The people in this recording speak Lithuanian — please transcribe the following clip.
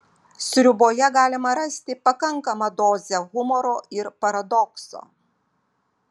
sriuboje galima rasti pakankamą dozę humoro ir paradokso